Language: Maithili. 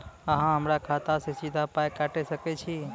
अहॉ हमरा खाता सअ सीधा पाय काटि सकैत छी?